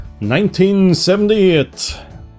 1978